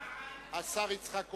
השר יצחק כהן.